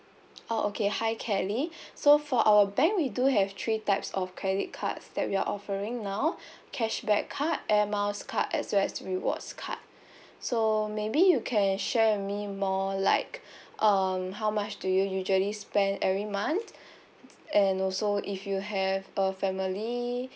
oh okay hi kelly so for our bank we do have three types of credit cards that we are offering now cashback card air miles card as well as rewards card so maybe you can share with me more like um how much do you usually spend every month and also if you have a family